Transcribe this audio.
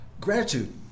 Gratitude